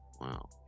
wow